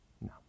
no